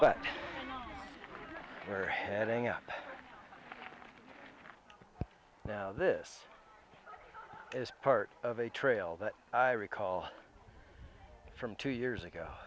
but we're heading up now this is part of a trail that i recall from two years ago